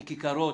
מכיכרות,